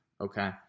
okay